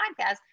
podcast